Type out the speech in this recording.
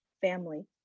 family